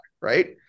right